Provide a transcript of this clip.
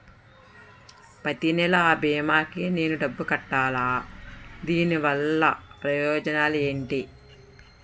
ప్రతినెల అ భీమా కి నేను డబ్బు కట్టాలా? దీనివల్ల ప్రయోజనాలు ఎంటి?